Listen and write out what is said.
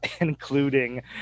including